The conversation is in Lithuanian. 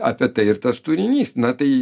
apie tai ir tas turinys na tai